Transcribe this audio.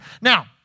Now